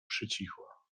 przycichła